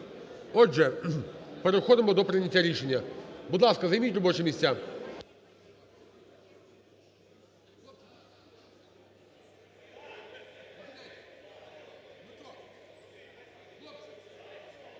Отже, переходимо до прийняття рішення. Будь ласка, займіть робочі місця.